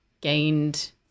gained